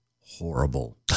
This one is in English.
horrible